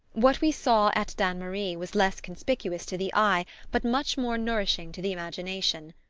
what we saw at dannemarie was less conspicuous to the eye but much more nourishing to the imagination.